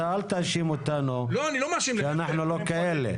אתה אל תאשים אותנו שאנחנו לא כאלה.